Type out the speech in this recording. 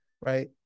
right